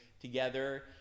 together